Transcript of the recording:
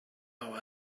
how